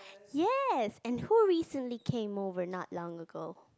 yes and who recently came over not long ago